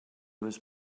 was